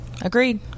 agreed